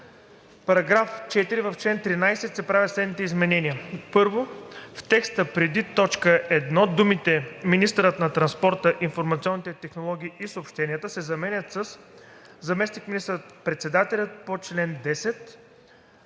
§ 4: „§ 4. В чл. 13 се правят следните изменения: 1. В текста преди т. 1 думите „Министърът на транспорта, информационните технологии и съобщенията“ се заменят със „Заместник министър-председателят по чл. 10“.